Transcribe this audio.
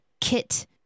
Kit